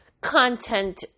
content